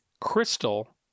Crystal